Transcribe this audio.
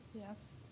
Yes